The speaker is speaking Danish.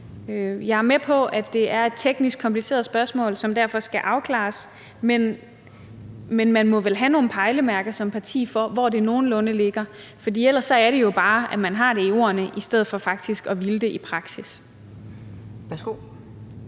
Jeg er med på, at det er et teknisk kompliceret spørgsmål, som derfor skal afklares, men man må vel som parti have nogle pejlemærker for, hvor det nogenlunde ligger. For ellers er det hele jo bare ord i stedet for noget, man vil i praksis.